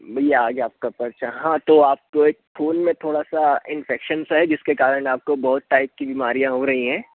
भाई ये आ गया आपका पर्चा हाँ तो आपको एक ख़ून में थोड़ा सा इन्फेक्शन सा है जिसके कारण आपको बहुत टाइप की बीमारियाँ हो रही हैं